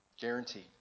Guaranteed